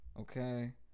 Okay